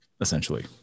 essentially